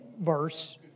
verse